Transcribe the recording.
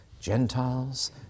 Gentiles